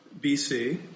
BC